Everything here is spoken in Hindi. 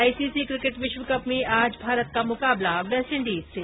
आईसीसी किकेट विश्वकप में आज भारत का मुकाबला वेस्टइंडीज से